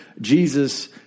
Jesus